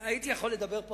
הייתי יכול לדבר פה,